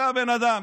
זה הבן אדם,